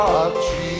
Jesus